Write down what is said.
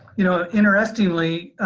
you know interestingly,